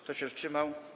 Kto się wstrzymał?